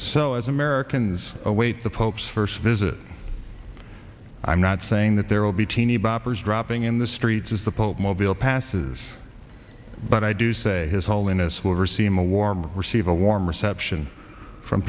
so as americans await the pope's first visit i'm not saying that there will be teenyboppers dropping in the streets as the popemobile passes but i do say his holiness will ever see him a warm receive a warm reception from